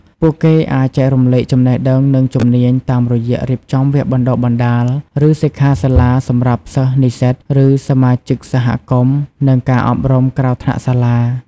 ពួកគេអាច ចែករំលែកចំណេះដឹង និងជំនាញតាមរយៈរៀបចំវគ្គបណ្ដុះបណ្ដាល ឬសិក្ខាសាលាសម្រាប់សិស្ស និស្សិត ឬសមាជិកសហគមន៍ និងការអប់រំក្រៅថ្នាក់សាលា។។